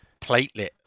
platelet